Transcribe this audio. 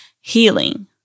healing